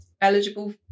eligible